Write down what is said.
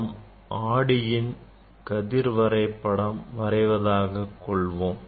நாம் ஆடியின் கதிர் வரைபடம் வரைவதாக கொள்வோம்